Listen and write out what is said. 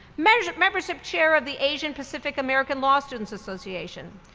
membership membership chair of the asian pacific american law students association,